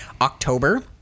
October